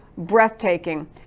breathtaking